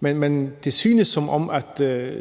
men det virker, som om